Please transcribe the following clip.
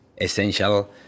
essential